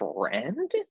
friend